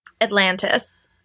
Atlantis